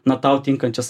na tau tinkančias